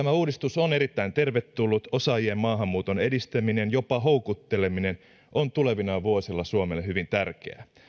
tämä uudistus on erittäin tervetullut osaajien maahanmuuton edistäminen jopa houkutteleminen on tulevina vuosina suomelle hyvin tärkeää